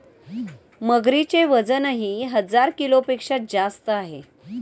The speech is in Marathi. मगरीचे वजनही हजार किलोपेक्षा जास्त असते